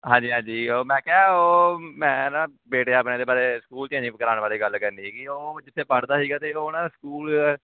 ਹਾਂਜੀ ਹਾਂਜੀ ਉਹ ਮੈਂ ਕਿਹਾ ਉਹ ਮੈਂ ਨਾ ਬੇਟੇ ਆਪਣੇ ਦੇ ਬਾਰੇ ਸਕੂਲ ਚੇਂਜ ਕਰਵਾਉਣ ਬਾਰੇ ਗੱਲ ਕਰਨੀ ਸੀਗੀ ਉਹ ਜਿੱਥੇ ਪੜ੍ਹਦਾ ਸੀਗਾ ਤੇ ਉਹ ਨਾ ਸਕੂਲ